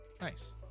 Nice